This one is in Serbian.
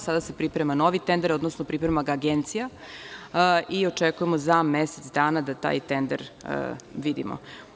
Sada se priprema novi tender, odnosno priprema ga Agencija i očekujemo za mesec dana da taj tender vidimo.